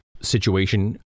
situation